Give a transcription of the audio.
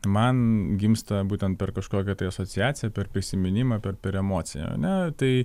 man gimsta būtent per kažkokią tai asociaciją per prisiminimą per per emociją ar ne tai